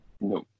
No